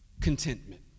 contentment